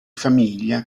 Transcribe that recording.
famiglia